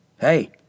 Hey